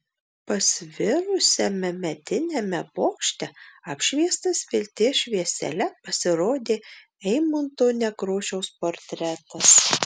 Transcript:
pasvirusiame mediniame bokšte apšviestas vilties šviesele pasirodė eimunto nekrošiaus portretas